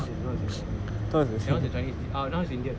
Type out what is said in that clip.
it's not the same guy not really like that [one] is a chinese ah now a indian